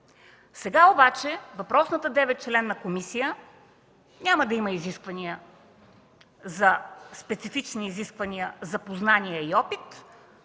Сега обаче за въпросната деветчленна комисия няма да има специфични изисквания за познания и опит,